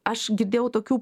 aš girdėjau tokių